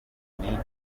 mugenzi